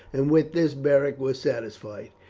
and with this beric was satisfied.